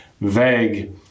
vague